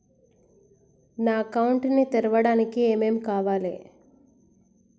నా అకౌంట్ ని తెరవడానికి ఏం ఏం కావాలే?